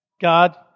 God